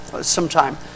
sometime